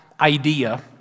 idea